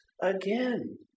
again